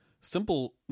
simple